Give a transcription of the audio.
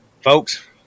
Folks